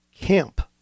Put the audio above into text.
camp